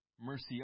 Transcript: Mercy